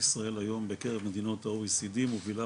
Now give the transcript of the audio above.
ישראל היום בקרב מדינות ה- OECD מובילה